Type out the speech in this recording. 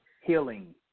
healing